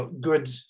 good